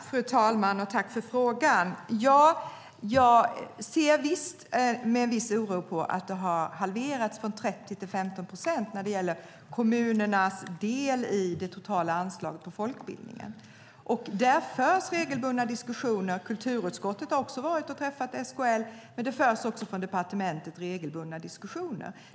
Fru talman! Tack för frågan, Christina Zedell! Jag ser med viss oro på att det har halverats från 30 till 15 procent när det gäller kommunernas del i det totala anslaget till folkbildningen. Det förs regelbundna diskussioner. Kulturutskottet har också varit och träffat SKL. Det förs också från departementet regelbundna diskussioner.